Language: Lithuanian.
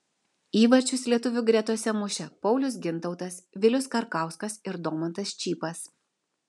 įvarčius lietuvių gretose mušė paulius gintautas vilius karkauskas ir domantas čypas